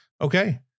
Okay